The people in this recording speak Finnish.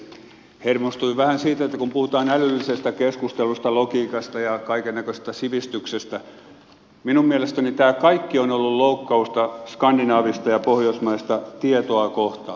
hermostuin vähän siitä että kun puhutaan älyllisestä keskustelusta logiikasta ja kaikennäköisestä sivistyksestä minun mielestäni tämä kaikki on ollut loukkausta skandinaavista ja pohjoismaista tietoa kohtaan